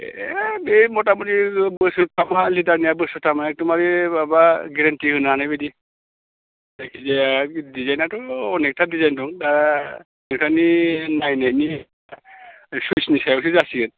एह दे मथा मथि बोसोरथामआ लिडारनिया बोसोरथामा एकदमबारे माबा गेरेनटि होनो हानाय बादि जायखि जाया डिजाइनाथ' अनेकथा डिजाइन दङ दा नोंथांनि नायनायनि सुइसनि सायावसो जासिगोन